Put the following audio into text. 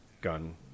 gun